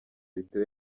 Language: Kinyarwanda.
bitewe